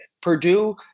Purdue